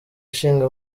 ishinga